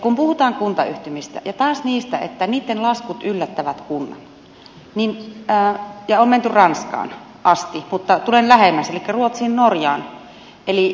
kun puhutaan kuntayhtymistä ja taas siitä että niitten laskut yllättävät kunnat on menty ranskaan asti mutta tulen lähemmäs elikkä ruotsiin norjaan